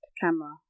camera